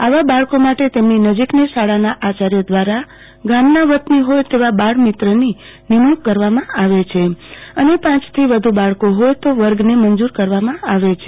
આવા બાળકો માટે તેમની નજીકની શાળાના આચાર્ય દ્રારા ગામના વતની હોય તેવા બાળમિત્રની નિમણુંક કરવામાં આવે છે અને પાંચથી વધુ બાળકો હોય તો વર્ગ મંજુર કરવામાં આવે છે